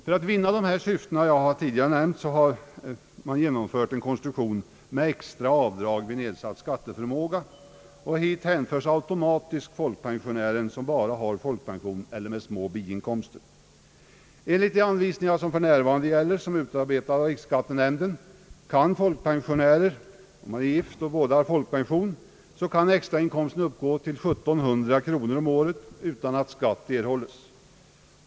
För att vinna de syften jag tidigare nämnt har man genomfört en konstruktion med extra avdrag för nedsatt skatteförmåga, och till denna grupp hänförs automatiskt folkpensionärer som bara har folkpension, ev. dessutom små biinkomster. Enligt de anvisningar som för närvarande gäller — och som utarbetats av riksskattenämnden — kan för folkpensionärer, om de är gifta och båda har folkpension, extrainkomsten få uppgå till 1700 kronor om året utan att beskattning sker.